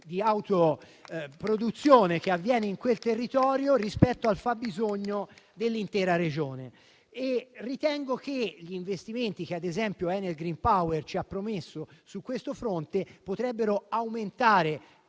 di autoproduzione che avviene in quel territorio rispetto al fabbisogno dell'intera Regione. Ritengo che gli investimenti, che ad esempio Enel Green Power ci ha promesso su questo fronte, potrebbero aumentare